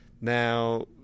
Now